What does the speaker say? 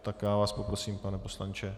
Tak já vás poprosím, pane poslanče.